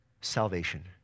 salvation